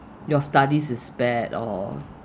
your studies is bad or